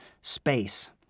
space